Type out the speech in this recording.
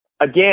again